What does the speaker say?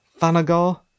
Thanagar